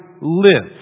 live